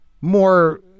more